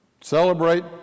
Celebrate